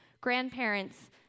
grandparents